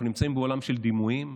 אנחנו נמצאים בעולם של דימויים,